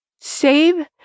Save